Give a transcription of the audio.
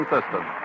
System